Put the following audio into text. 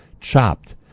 Chopped